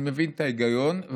שאני מבין את ההיגיון,